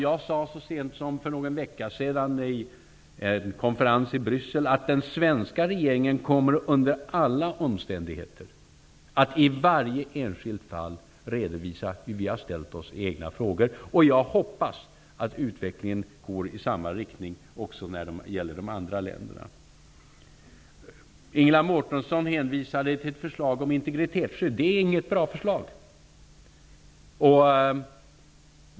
Jag sade så sent som för någon vecka sedan vid en konferens i Bryssel att den svenska regeringen under alla omständigheter i varje enskilt fall kommer att redovisa hur vi har ställt oss i egna frågor. Jag hoppas att utvecklingen går i samma riktning även när det gäller de andra länderna. Ingela Mårtensson hänvisade till ett förslag om integritetsskydd. Det är inget bra förslag.